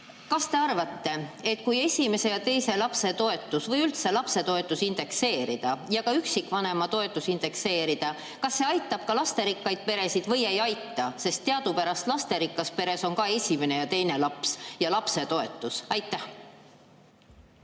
Mis te arvate, kui esimese ja teise lapse toetus või üldse lapsetoetus indekseerida ja ka üksikvanema toetus indekseerida, kas see aitab lasterikkaid peresid või ei aita? Teadupärast lasterikkas peres on ka esimene ja teine laps ja lapsetoetus. Aitäh!